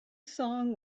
song